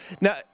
now